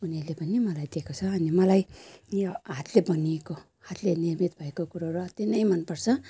उनीहरूले पनि मलाई दिएको छ अनि मलाई यो हातले बनिएको हातले निर्मित भएको कुरो र अति नै मन पर्छ